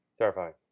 Terrifying